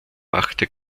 machte